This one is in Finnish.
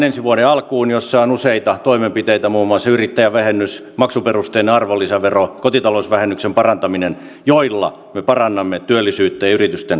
ensi vuoden alkuun valmistellaan yrittäjäveropakettia jossa on useita toimenpiteitä muun muassa yrittäjävähennys maksuperusteinen arvonlisävero kotitalousvähennyksen parantaminen joilla me parannamme työllisyyttä ja yritysten tilannetta